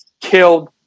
killed